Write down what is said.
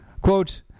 Quote